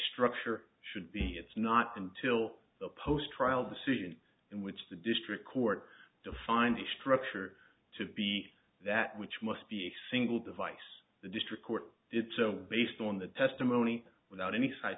structure should be it's not until the post trial decision in which the district court defined the structure to be that which must be a single device the district court did so based on the testimony without any